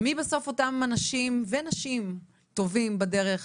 ומי בסוף אותם האנשים ונשים טובים וטובות בדרך,